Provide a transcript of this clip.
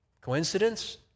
Coincidence